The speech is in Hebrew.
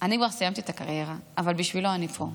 אני כבר סיימתי את הקריירה, אבל בשבילו אני פה.